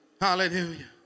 hallelujah